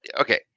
okay